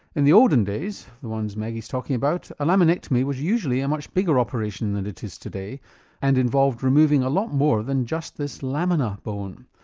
in the olden days, the ones maggie's talking about, a laminectomy was usually a much bigger operation than it is today and involved removing a lot more than just this lamina bone,